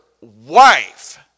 wife